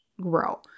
grow